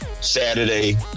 Saturday